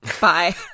Bye